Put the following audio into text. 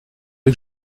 que